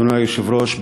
אדוני היושב-ראש,